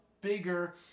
bigger